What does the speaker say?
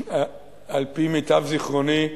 כי על-פי מיטב זיכרוני,